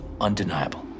undeniable